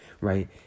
right